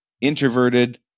introverted